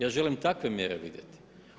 Ja želim takve mjere vidjeti.